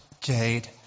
Jade